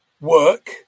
work